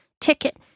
ticket